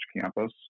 campus